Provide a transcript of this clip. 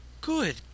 Good